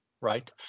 right